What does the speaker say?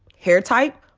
hair type?